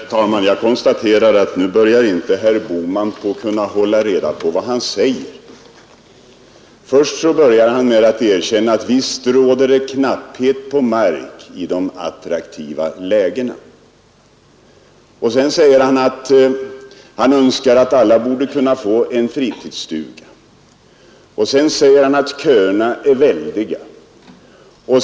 Herr talman! Jag konstaterar att herr Bohman nu börjar få svårt att hålla reda på vad han säger. Han börjar med att erkänna att det råder knapphet på mark i de attraktiva lägena. Sedan säger han att han önskar att alla kunde få en fritidsstuga. Därpå säger han att köerna är väldiga.